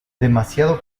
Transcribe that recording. demasiado